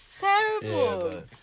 terrible